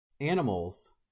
animals